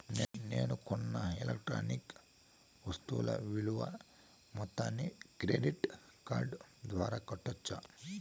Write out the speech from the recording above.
నేను కొన్న ఎలక్ట్రానిక్ వస్తువుల విలువ మొత్తాన్ని క్రెడిట్ కార్డు ద్వారా కట్టొచ్చా?